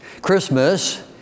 Christmas